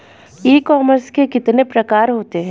ई commerce के कितने प्रकार होते हैं?